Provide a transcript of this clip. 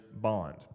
bond